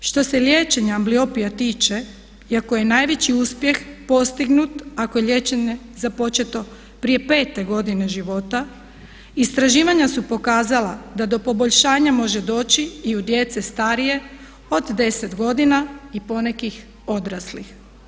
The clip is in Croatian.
Što se liječenja ambliopija tiče i ako je najveći uspjeh postignut, ako je liječenje započeto prije 5-e godine života istraživanja su pokazala da do poboljšanja može doći i u djece starije od deset godina i ponekih odraslih.